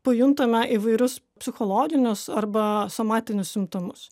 pajuntame įvairius psichologinius arba somatinius simptomus